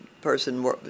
person